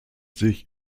sich